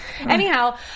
Anyhow